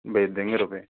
भेज देंगे रुपये